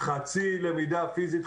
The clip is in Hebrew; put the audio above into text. חצי למידה פיזית,